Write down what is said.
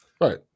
right